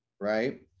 Right